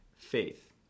faith